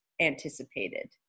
anticipated